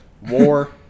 war